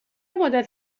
مدت